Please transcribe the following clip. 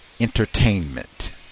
entertainment